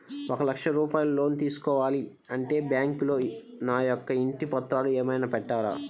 ఒక లక్ష రూపాయలు లోన్ తీసుకోవాలి అంటే బ్యాంకులో నా యొక్క ఇంటి పత్రాలు ఏమైనా పెట్టాలా?